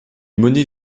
monnaies